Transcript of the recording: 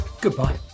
goodbye